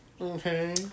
Okay